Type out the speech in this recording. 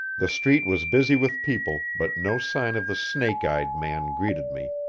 the street was busy with people, but no sign of the snake-eyed man greeted me.